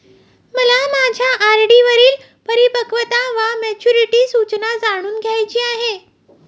मला माझ्या आर.डी वरील परिपक्वता वा मॅच्युरिटी सूचना जाणून घ्यायची आहे